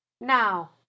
Now